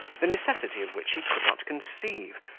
the necessity of which he could not conceive,